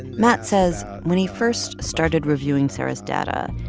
matt says when he first started reviewing sara's data,